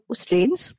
strains